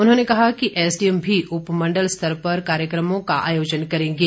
उन्होंने कहा कि एसडीएम भी उपमंडल स्तर पर कार्यक्रमों का अयोजन करेंगे